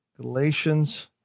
Galatians